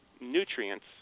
nutrients